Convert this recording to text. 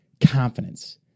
Confidence